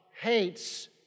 hates